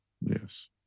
Yes